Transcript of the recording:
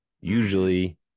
Usually